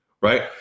right